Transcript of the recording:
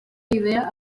idea